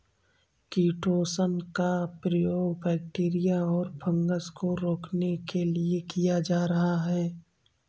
chitosan का प्रयोग bacteria और फँगस को रोकने के लिए किया जा रहा है